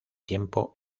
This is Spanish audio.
tiempo